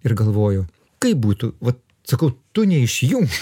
ir galvoju kaip būtų vat sakau tu neišjunk